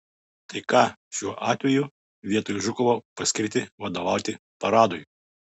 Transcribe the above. tai ką šiuo atveju vietoj žukovo paskirti vadovauti paradui